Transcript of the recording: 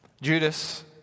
Judas